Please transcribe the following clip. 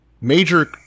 major